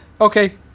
Okay